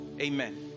Amen